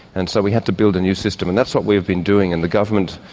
and so we have to build a new system and that's what we've been doing and the government,